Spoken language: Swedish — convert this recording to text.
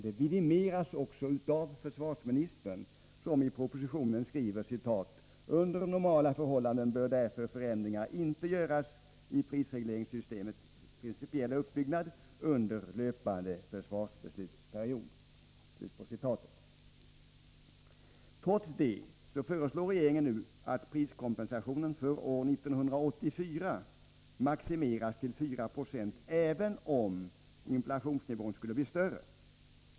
Detta vidimeras också av försvarsministern, som i propositionen skriver: ”Under normala förhållanden bör därför förändringar inte göras i prisregleringssystemets principiella uppbyggnad under löpande försvarsbeslutsperiod.” Trots detta föreslår regeringen nu att priskompensationen för år 1984 maximeras till 4 26, även om inflationsnivån skulle bli större.